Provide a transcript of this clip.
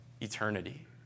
eternity